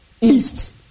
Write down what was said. East